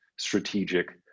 strategic